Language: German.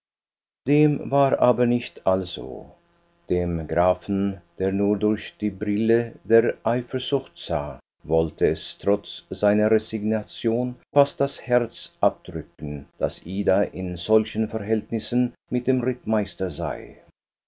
dem war aber nicht also dem grafen der nur durch die brille der eifersucht sah wollte es trotz seiner resignation fast das herz abdrücken daß ida in solchen verhältnissen mit dem rittmeister sei